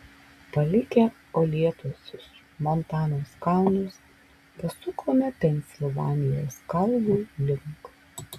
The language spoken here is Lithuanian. palikę uolėtuosius montanos kalnus pasukome pensilvanijos kalvų link